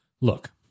look